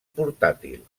portàtil